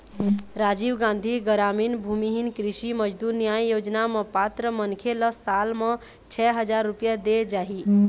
राजीव गांधी गरामीन भूमिहीन कृषि मजदूर न्याय योजना म पात्र मनखे ल साल म छै हजार रूपिया देय जाही